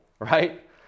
right